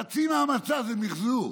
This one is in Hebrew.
חצי מהמצע זה מחזור.